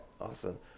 Awesome